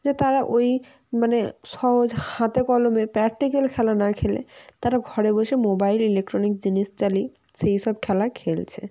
যে তারা ওই মানে সহজ হাতেকলমে প্র্যাকটিক্যাল খেলা না খেলে তারা ঘরে বসে মোবাইল ইলেকট্রনিক জিনিস চালিয়ে সেই সব খেলা খেলছে